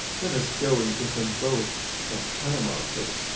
let us go and give them both some camomile tea.